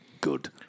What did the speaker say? good